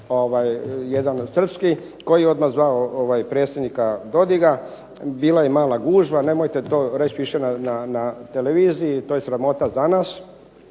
jedan srpski koji je odmah zvao predsjednika Dodika, bila je mala gužva, nemojte to reći više na televiziji, to je sramota za nas.